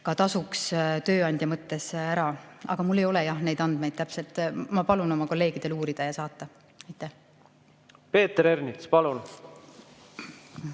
õpe tasuks tööandja mõttes ära. Aga mul ei ole jah neid andmeid täpselt. Ma palun oma kolleegidel uurida ja saata. Peeter Ernits, palun!